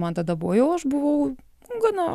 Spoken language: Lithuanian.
man tada buvo jau aš buvau gana